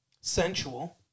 sensual